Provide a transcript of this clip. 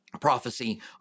prophecy